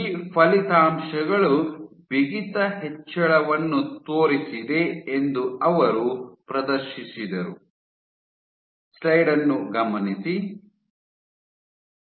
ಈ ಫಲಿತಾಂಶಗಳು ಬಿಗಿತ ಹೆಚ್ಚಳವನ್ನು ತೋರಿಸಿದೆ ಎಂದು ಅವರು ಪ್ರದರ್ಶಿಸಿದರು